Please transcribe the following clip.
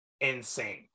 insane